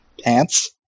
Pants